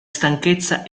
stanchezza